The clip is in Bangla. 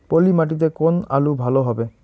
পলি মাটিতে কোন আলু ভালো হবে?